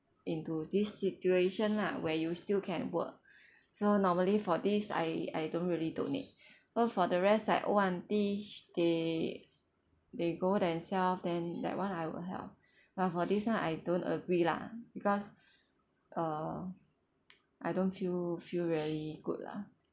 into this situation lah where you still can work so normally for this I I don't really donate so for the rest like old auntie they they go themself then that [one] I will help but for this [one] I don't agree lah because uh I don't feel feel very good lah